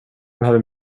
behöver